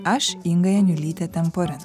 aš inga janiulytė temporen